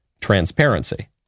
transparency